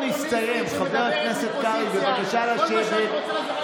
נא לשבת.